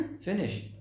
Finish